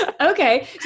Okay